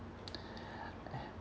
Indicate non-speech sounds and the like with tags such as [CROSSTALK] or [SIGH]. [BREATH] I cancelled it